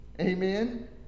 Amen